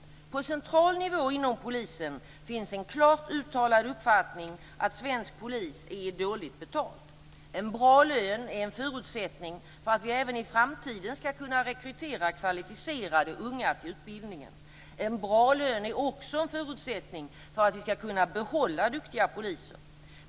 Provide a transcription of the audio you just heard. På central nivå inom polisen finns en klart uttalad uppfattning att svensk polis är dåligt betald. En bra lön är en förutsättning för att vi även i framtiden ska kunna rekrytera kvalificerade unga till utbildningen. En bra lön är också en förutsättning för att vi ska kunna behålla duktiga poliser.